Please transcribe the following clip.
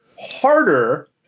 harder